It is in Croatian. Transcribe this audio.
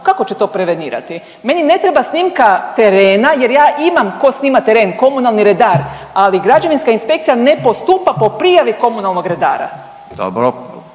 kako će to prevenirati. Meni ne treba snimka terena jer ja imam tko snima teren, komunalni redar, ali građevinska inspekcija ne postupa po prijavi komunalnog redara.